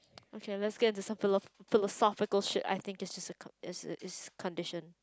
okay let's get into some philosophical~ philosophical shit I think is just a is is condition